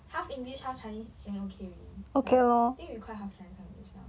half english half chinese then okay already like I think we quite half chinese half english now